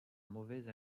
mauvaise